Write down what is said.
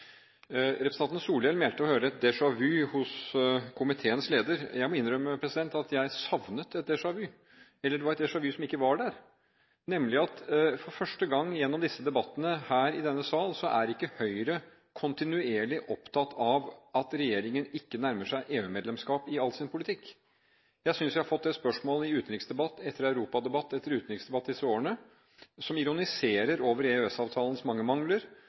Representanten Solhjell mente å høre et déjà vu hos komiteens leder. Jeg må innrømme at jeg savnet et déjà vu – eller et déjà vu som ikke var der. For første gang i disse debattene her i denne sal er ikke Høyre kontinuerlig opptatt av at regjeringen ikke nærmer seg EU-medlemskap i all sin politikk. Jeg synes jeg har fått det spørsmålet i utenriksdebatt etter europadebatt etter utenriksdebatt disse årene, som ironiserer over EØS-avtalens mange mangler,